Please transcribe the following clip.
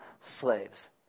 slaves